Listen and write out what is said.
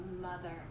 mother